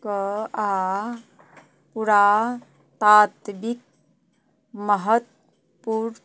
क आ पुरातात्विक महत्वपुर